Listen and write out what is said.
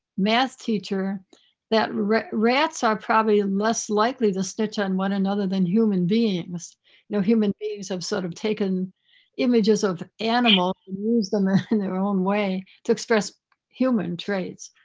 maths teacher that rats rats are probably less likely to stitch on one another than human beings, you know, human beings have sort of taken images of animals and used them in their own way to express human traits.